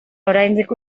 oraindik